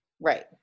Right